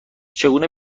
چطور